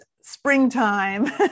springtime